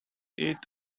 eat